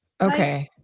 Okay